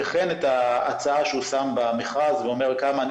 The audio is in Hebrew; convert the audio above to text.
וכן את ההצעה שהוא שם במכרז ואומר 'כמה אני